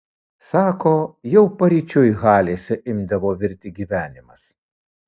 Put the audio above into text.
sako jau paryčiui halėse imdavo virti gyvenimas